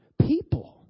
people